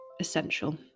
essential